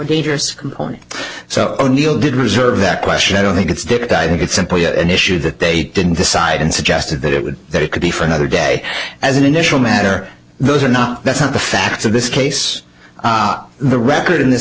dangerous component so o'neill did reserve that question i don't think it's dick i think it's simply an issue that they didn't decide and suggested that it would that it could be for another day as an initial matter those are not that's not the facts of this case the record in this